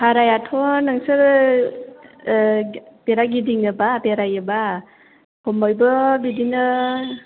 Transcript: भारायाथ' नोंसोरो बेराय गिदिङोबा बेरायोबा खमैबो बिदिनो